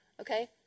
Okay